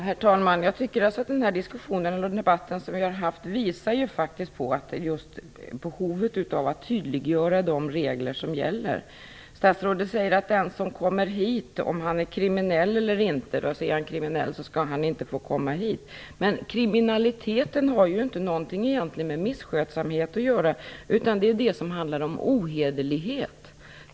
Herr talman! Jag tycker att den debatt som vi har haft visar just på behovet av att tydliggöra de regler som gäller. Statsrådet säger att den som är kriminell inte skall få komma hit. Men kriminaliteten har ju egentligen inte något med misskötsamhet att göra, utan det är det som handlar om ohederlighet.